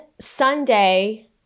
Sunday